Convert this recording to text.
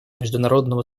международного